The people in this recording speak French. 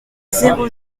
zéro